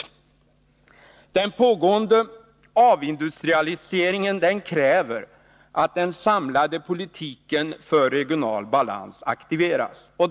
På grund av den pågående avindustrialiseringen krävs att den samlade politiken för regional balans aktiveras.